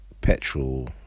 petrol